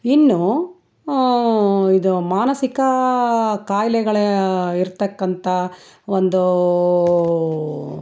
ಇನ್ನು ಇದು ಮಾನಸಿಕ ಕಾಯಿಲೆಗಳೇ ಇರತಕ್ಕಂಥ ಒಂದು